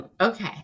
Okay